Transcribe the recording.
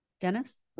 Dennis